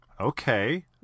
okay